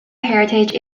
heritage